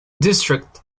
district